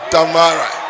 Damara